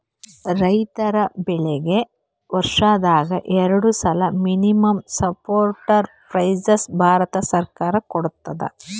ರೈತರ್ ಬೆಳೀಗಿ ವರ್ಷದಾಗ್ ಎರಡು ಸಲಾ ಮಿನಿಮಂ ಸಪೋರ್ಟ್ ಪ್ರೈಸ್ ಭಾರತ ಸರ್ಕಾರ ಕೊಡ್ತದ